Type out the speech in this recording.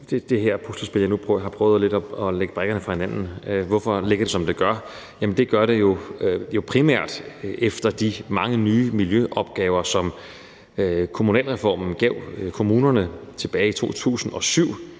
det her puslespil, jeg nu netop har prøvet at lægge brikkerne op til, som det gør? Det gør det jo primært efter de mange nye miljøopgaver, som kommunalreformen gav kommunerne tilbage i 2007.